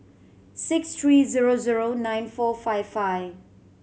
six three zero zero nine four five five